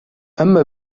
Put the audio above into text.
أما